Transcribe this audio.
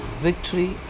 victory